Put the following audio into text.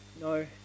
no